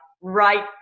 right